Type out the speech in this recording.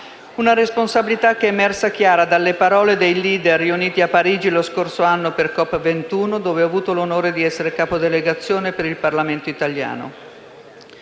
Una responsabilità che è emersa chiara dalle parole dei *leader* riuniti a Parigi lo scorso anno per COP21, dove ho avuto l'onore di essere capo delegazione per il Parlamento italiano.